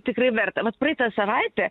tikrai verta vat praeitą savaitę